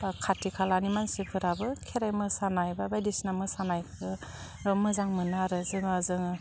बा खाथि खालानि मानसिफोराबो खेराइ मोसानाय बा बायदिसिना मोसानायखौ मोजां मोनो आरो जोंहा जोङो